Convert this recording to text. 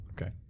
Okay